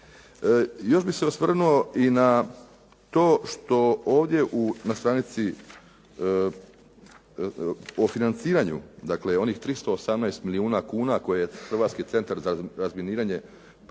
Još bih se osvrnuo i na to što ovdje na stranici o financiranju, dakle onih 318 milijuna kuna koje je Hrvatski centar za razminiranje da